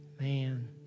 man